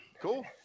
Cool